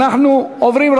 אנחנו עוברים,